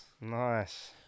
Nice